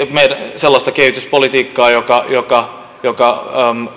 sellaista kehityspolitiikkaa joka joka